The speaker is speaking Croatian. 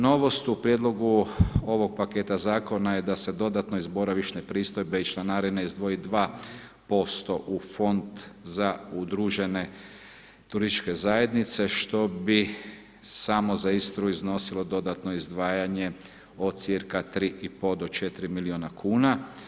Novost u prijedlogu ovog paketa zakona je da se dodatno iz boravišne pristojbe i članarine izdvoji 2% u fond za udružene turističke zajednice, što bi samo za Istru iznosilo dodatno izdvajanje od cca. 3,5 do 4 milijuna kuna.